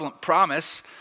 promise